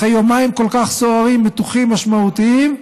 אחרי יומיים כל כך סוערים, מתוחים, משמעותיים,